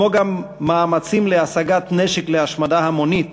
כמו גם מאמצים להשגת נשק להשמדה המונית,